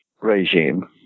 regime